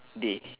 day